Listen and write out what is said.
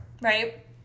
right